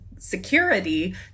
security